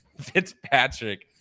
Fitzpatrick